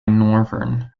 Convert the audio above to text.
northern